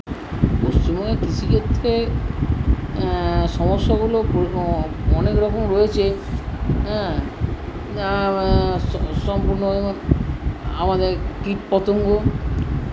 পশ্চিমবঙ্গে কৃষিক্ষেত্রে সমস্যাগুলো অনেকরকম রয়েছে হ্যাঁ না সম্পূর্ণ আমাদের কীটপতঙ্গ